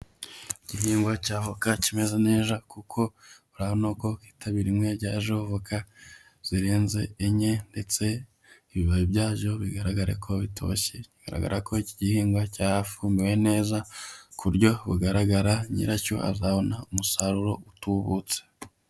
Igihingwa cya avoka kimeze neza kuko urabona ko kwitabi rimwe ryajeho avoka zirenze enye ndetse ibibabi byazo bigaragara ko bitoshye, bigaragara ko iki gihingwa cyafumbiwe neza ku buryo bugaragara nyiracyo azabona umusaruro utubutse.